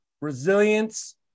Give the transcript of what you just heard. resilience